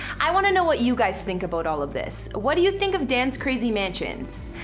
i wanna know what you guys think about all of this. what do you think of dan's crazy mansions?